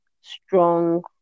strong